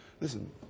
Listen